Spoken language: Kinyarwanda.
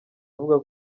avuga